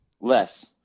Less